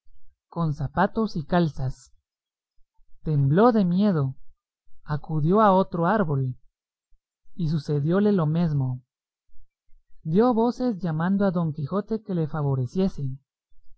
con zapatos y calzas tembló de miedo acudió a otro árbol y sucedióle lo mesmo dio voces llamando a don quijote que le favoreciese